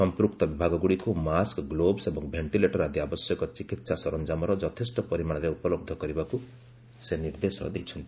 ସମ୍ପୃକ୍ତ ବିଭାଗଗୁଡ଼ିକୁ mask gloves ଏବଂ ଭେଷ୍ଟିଲେଟର୍ ଅଦି ଆବଶ୍ୟକ ଚିକିତ୍ସା ସରଞ୍ଜାମର ଯଥେଷ୍ଟ ପରିମାଣରେ ଉପଲବ୍ଧ କରିବାକୁ ସେ ନିର୍ଦ୍ଦେଶ ଦେଇଛନ୍ତି